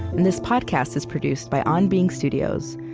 and this podcast is produced by on being studios,